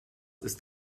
ist